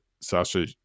Sasha